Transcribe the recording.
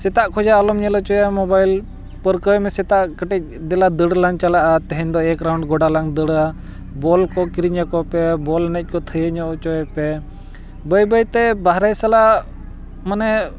ᱥᱮᱛᱟᱜ ᱠᱷᱚᱱᱟᱜ ᱟᱞᱚᱢ ᱧᱮᱞ ᱦᱚᱪᱚᱭᱮᱭᱟ ᱢᱳᱵᱟᱭᱤᱞ ᱯᱟᱹᱨᱠᱟᱹᱣᱮᱢᱮ ᱥᱮᱛᱟᱜ ᱠᱟᱹᱴᱤᱡ ᱫᱮᱞᱟ ᱫᱟᱹᱲᱞᱟᱝ ᱪᱟᱞᱟᱜᱼᱟ ᱛᱮᱦᱮᱧ ᱫᱚ ᱮᱠ ᱨᱟᱣᱩᱱᱰ ᱜᱚᱰᱟᱞᱟᱝ ᱫᱟᱹᱲᱟ ᱵᱚᱞ ᱠᱚ ᱠᱤᱨᱤᱧ ᱟᱠᱚᱯᱮ ᱵᱚᱞ ᱮᱱᱮᱡ ᱠᱚ ᱛᱷᱤᱭᱟᱹ ᱧᱚᱜ ᱦᱚᱪᱚᱭᱮᱯᱮ ᱵᱟᱹᱭ ᱵᱟᱹᱭᱛᱮ ᱵᱟᱦᱨᱮ ᱥᱟᱞᱟᱜ ᱢᱟᱱᱮ